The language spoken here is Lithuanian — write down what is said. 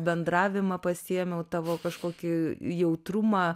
bendravimą pasiėmiau tavo kažkokį jautrumą